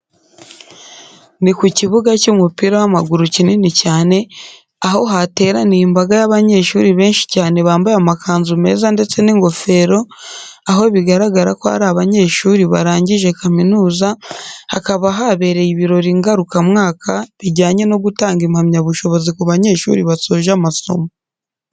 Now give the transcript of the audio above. Ni ku kibuga cy'umupira w'amaguru kinini cyane, aho hateraniye imbaga y'abanyeshuri benshi cyane bambaye amakanzu meza ndetse n'ingofero, aho bigaragara ko ari abanyeshuri barangije kaminuza, hakaba habereye ibirori ngaruka mwaka bijyanye no gutanga impamyabushobozi ku banyeshuri basoje amasomo.